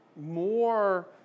more